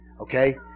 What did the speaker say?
Okay